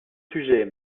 sujets